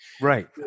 Right